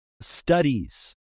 studies